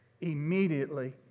immediately